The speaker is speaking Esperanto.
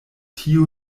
tio